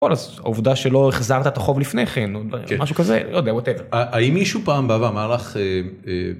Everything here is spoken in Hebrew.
עובדה שלא החזרת את החוב לפני כן, או משהו כזה, לא יודע, whatever. האם מישהו פעם בה ואמר לך...